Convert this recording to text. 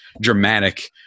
dramatic